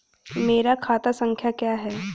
मेरा खाता संख्या क्या है?